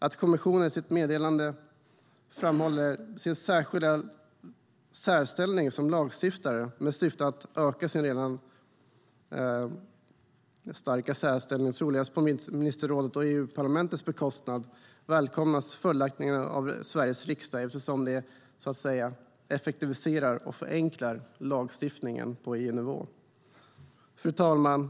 Att kommissionen i sitt meddelande framhåller sin särskilda ställning som lagstiftare, med syfte att öka sin redan starka särställning troligast på ministerrådets och EU-parlamentets bekostnad, välkomnas följaktligen av Sveriges riksdag eftersom det så att säga effektiviserar och förenklar lagstiftningen på EU-nivå. Fru talman!